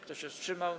Kto się wstrzymał?